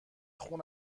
خون